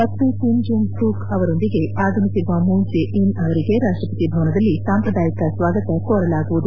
ಪತ್ನಿ Kim Jung Sook ಅವರೊಂದಿಗೆ ಆಗಮಿಸಿರುವ ಮೂನ್ ಜೆ ಇನ್ ಅವರಿಗೆ ರಾಷ್ಷಪತಿ ಭವನದಲ್ಲಿ ಸಾಂಪ್ರದಾಯಿಕ ಸ್ವಾಗತ ಕೋರಲಾಗುವುದು